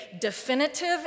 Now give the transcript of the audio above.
definitive